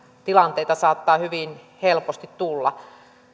tilanteita saattaa hyvin helposti tulla